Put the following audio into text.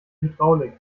hydraulik